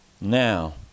Now